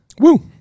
Woo